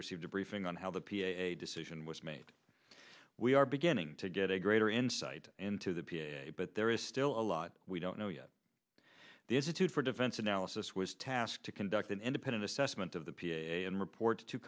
received a briefing on how the p a decision was made we are beginning to get a greater insight into the piece but there is still a lot we don't know yet there's a two for defense analysis was tasked to conduct an independent assessment of the p a and report to